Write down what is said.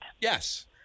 Yes